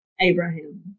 Abraham